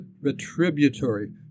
retributory